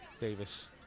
Davis